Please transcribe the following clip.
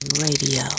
Radio